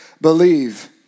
believe